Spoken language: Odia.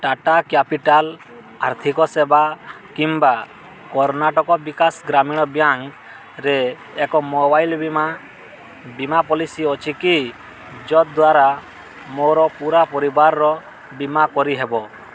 ଟାଟା କ୍ୟାପିଟାଲ୍ ଆର୍ଥିକ ସେବା କିମ୍ବା କର୍ଣ୍ଣାଟକ ବିକାଶ ଗ୍ରାମୀଣ ବ୍ୟାଙ୍କ୍ରେ ଏକ ମୋବାଇଲ୍ ବୀମା ବୀମା ପଲିସି ଅଛିକି ଯଦ୍ଵାରା ମୋର ପୂରା ପରିବାରର ବୀମା କରିହେବ